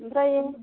ओमफ्राय